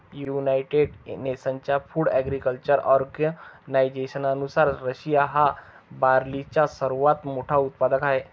United नेशन्सच्या food agriculture ऑर्गनायझेशननुसार, Russia हा बार्लीचा सर्वात मोठा उत्पादक आहे